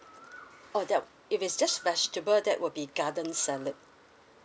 oh that if it's just vegetable that will be garden salad